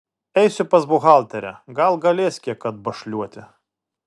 eisiu pas buhalterę gal galės kiek atbašliuoti